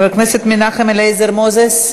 חבר הכנסת מנחם אליעזר מוזס,